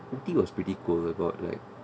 ooty was pretty cold about like